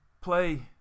play